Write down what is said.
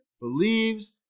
believes